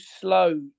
slow